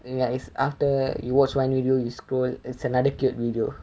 um ya it's after you watch one video you scroll is another cute video